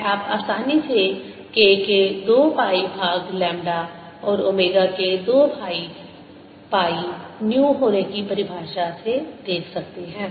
यह आप आसानी से k के 2 पाई भाग लैम्ब्डा और ओमेगा के 2 पाई न्यू होने की परिभाषा से देख सकते हैं